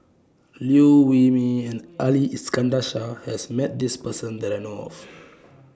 Liew Wee Mee and Ali Iskandar Shah has Met This Person that I know of